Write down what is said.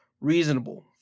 reasonable